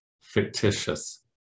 fictitious